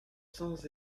cents